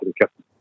captain